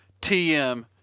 TM